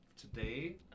today